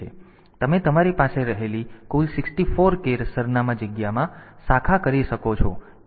તેથી તમે તમારી પાસે રહેલી કુલ 64 k સરનામા જગ્યામાં શાખા કરી શકો છો